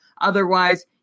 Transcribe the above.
Otherwise